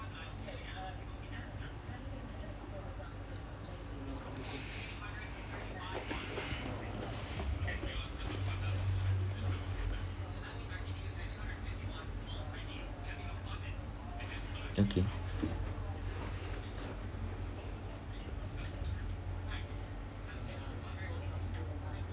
okay